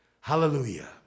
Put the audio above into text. Hallelujah